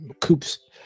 Coop's